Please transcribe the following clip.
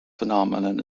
phenomenon